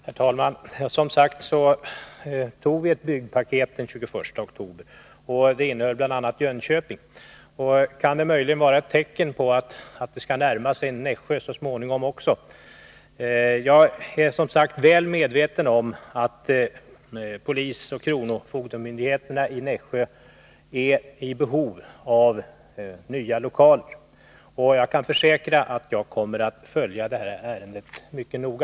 Herr talman! Vi antog som sagt ett byggpaket den 21 oktober. Det omfattade bl.a. Jönköping och kan möjligen vara ett tecken på att åtgärderna så småningom skall närma sig Nässjö också. Jag är väl medveten om att polisoch kronofogdemyndigheterna i Nässjö är i behov av nya 107 lokaler. Jag kan försäkra att jag kommer att följa det här ärendet mycket noga.